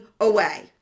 away